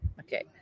Okay